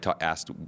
asked